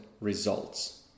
results